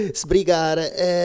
sbrigare